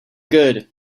good